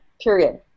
Period